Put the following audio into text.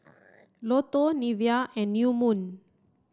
Lotto Nivea and New Moon